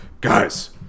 Guys